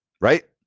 right